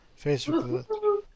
Facebook